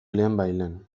lehenbailehen